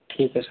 ठीक है सर